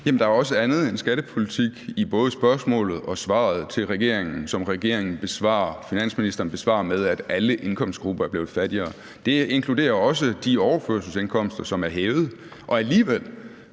der er også andet end skattepolitik i spørgsmålet til finansministeren, som finansministeren besvarer med, at alle indkomstgrupper er blevet fattigere. Det inkluderer også personer på de overførselsindkomster, som er hævet.